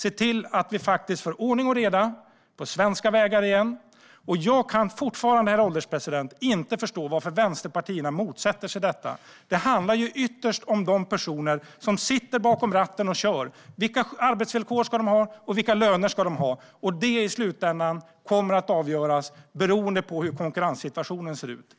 ska se till att det blir ordning och reda på svenska vägar igen. Herr ålderspresident! Jag kan fortfarande inte förstå varför vänsterpartierna motsätter sig detta. Det handlar ytterst om de personer som sitter bakom ratten och kör. Vilka arbetsvillkor ska de ha? Vilka löner ska de ha? Det kommer i slutändan att avgöras av hur konkurrenssituationen ser ut.